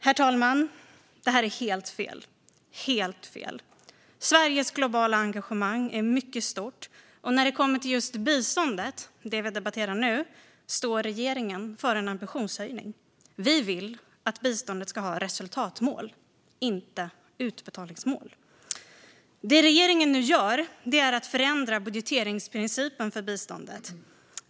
Detta är helt fel, herr talman. Sveriges globala engagemang är mycket stort, och när det kommer till just biståndet, som vi debatterar nu, står regeringen för en ambitionshöjning. Vi vill att biståndet ska ha resultatmål, inte utbetalningsmål. Det regeringen nu gör är att förändra budgeteringsprincipen för biståndet.